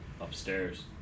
Upstairs